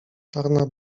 czarna